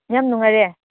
ꯌꯥꯝ ꯅꯨꯡꯉꯥꯏꯔꯦ